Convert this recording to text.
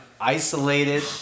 isolated